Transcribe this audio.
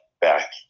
back